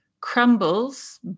crumbles